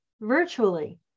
virtually